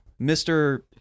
mr